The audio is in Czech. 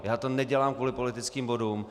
Já to nedělám kvůli politickým bodům.